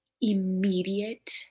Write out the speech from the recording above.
immediate